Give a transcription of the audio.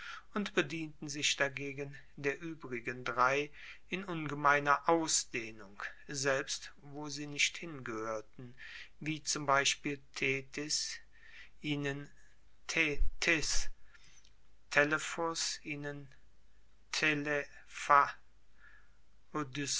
und bedienten sich dagegen der uebrigen drei in ungemeiner ausdehnung selbst wo sie nicht hingehoerten wie zum beispiel thetis ihnen